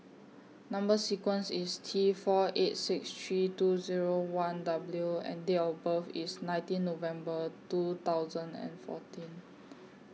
Number sequence IS T four eight six three two Zero one W and Date of birth IS nineteen November two thousand and fourteen